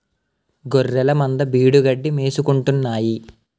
గొఱ్ఱెలమంద బీడుగడ్డి మేసుకుంటాన్నాయి